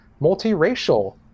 multiracial